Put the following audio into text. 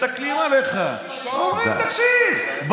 מסתכלים עליך ואומרים: תקשיב,